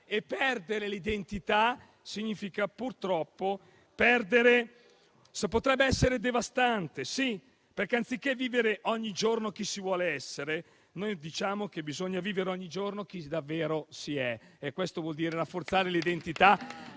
di perdere l'identità, cosa che potrebbe essere devastante, perché anziché vivere ogni giorno chi si vuole essere, noi diciamo che bisogna vivere ogni giorno chi davvero si è. Questo vuol dire rafforzare l'identità